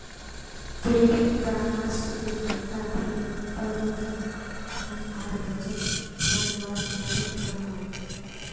credit परामर्श उपभोक्ताक ऋण, प्रबंधन, धन आर बजट बनवात मदद करोह